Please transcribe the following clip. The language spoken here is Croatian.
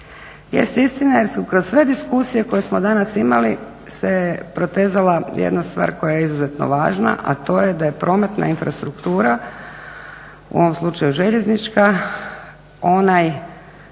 Jest istina jer su kroz sve diskusije koje smo danas imali se protezala jedna stvar koja je izuzetno važna a to je da je prometna infrastruktura u ovom slučaju željeznička onaj